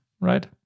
right